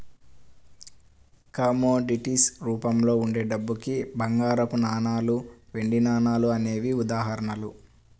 commodities రూపంలో ఉండే డబ్బుకి బంగారపు నాణాలు, వెండి నాణాలు అనేవే ఉదాహరణలు